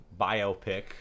biopic